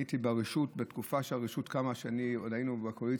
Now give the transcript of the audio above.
אני הייתי ברשות בתקופה שהרשות קמה ועוד היינו בקואליציה.